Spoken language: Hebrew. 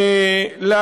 מניעים כלכליים שלהם,